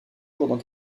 jours